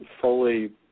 fully